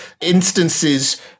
instances